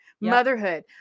motherhood